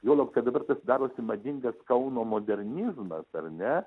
juolab kad dabar tas darosi madingas kauno modernizmas ar ne